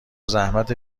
زحمت